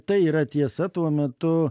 tai yra tiesa tuo metu